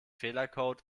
fehlercode